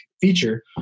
feature